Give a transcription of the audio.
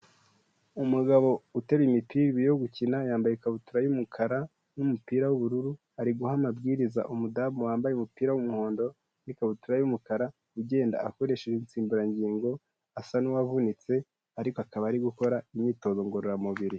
Umugabo uteruye imipira ibiri yo gukina, yambaye ikabutura y'umukara n'umupira w'ubururu, ari guha amabwiriza umudamu wambaye umupira w'umuhondo n'ikabutura y'umukara, ugenda akoresheje insimburangingo, asa n'uwavunitse ariko akaba ari gukora imyitozo ngororamubiri.